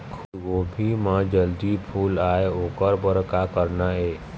फूलगोभी म जल्दी फूल आय ओकर बर का करना ये?